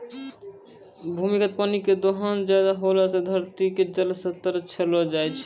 भूमिगत पानी के दोहन ज्यादा होला से धरती के जल स्तर घटै छै